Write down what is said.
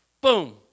Boom